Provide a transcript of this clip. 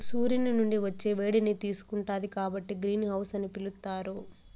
సూర్యుని నుండి వచ్చే వేడిని తీసుకుంటాది కాబట్టి గ్రీన్ హౌస్ అని పిలుత్తారు